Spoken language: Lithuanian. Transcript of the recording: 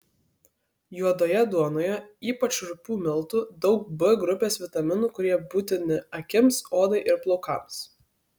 juodoje duonoje ypač rupių miltų daug b grupės vitaminų kurie būtini akims odai ir plaukams